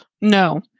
No